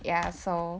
ya so